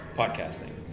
podcasting